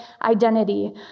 identity